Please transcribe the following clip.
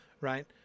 right